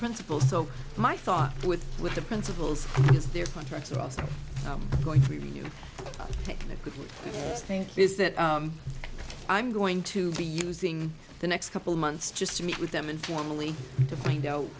principal so my thoughts are with with the principals because their contracts are also going to be reviewed technically i think is that i'm going to be using the next couple of months just to meet with them informally to find out